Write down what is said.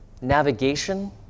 navigation